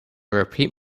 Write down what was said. repeat